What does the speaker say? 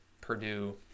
Purdue